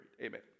Amen